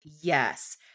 yes